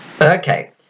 Okay